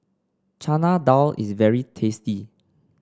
Chana Dal is very tasty